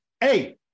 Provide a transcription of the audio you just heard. Hey